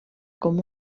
com